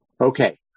okay